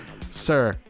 sir